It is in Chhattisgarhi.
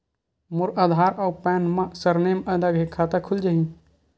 मोर आधार आऊ पैन मा सरनेम अलग हे खाता खुल जहीं?